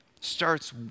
starts